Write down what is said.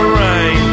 rain